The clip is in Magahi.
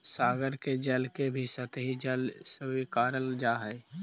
सागर के जल के भी सतही जल स्वीकारल जा हई